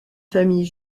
famille